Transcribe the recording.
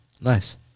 Nice